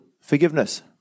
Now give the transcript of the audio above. forgiveness